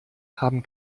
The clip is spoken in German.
haben